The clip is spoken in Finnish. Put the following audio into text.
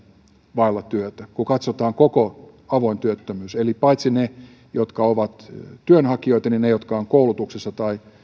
vailla työtä kun katsotaan koko avoin työttömyys paitsi ne jotka ovat työnhakijoita myös ne jotka ovat koulutuksessa tai